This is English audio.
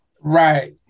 Right